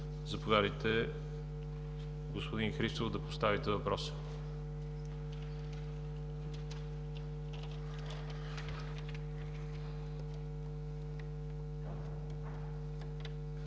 Заповядайте, господин Христов да поставите въпроса.